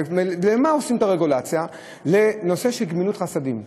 למה עושים את הרגולציה לנושא של גמילות חסדים?